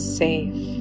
safe